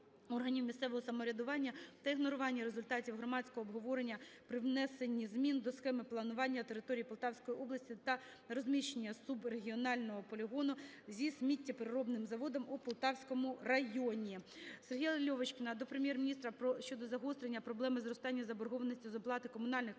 органів місцевого самоврядування та ігнорування результатів громадського обговорення при внесенні змін до Схеми планування територій Полтавської області та розміщення субрегіонального полігону зі сміттєпереробним заводом у Полтавському районі. Сергія Льовочкіна до Прем'єр-міністра щодо загострення проблеми зростання заборгованості з оплати комунальних послуг.